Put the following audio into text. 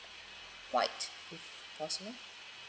white if possible